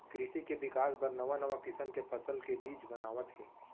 कृसि के बिकास बर नवा नवा किसम के फसल के बीज बनावत हें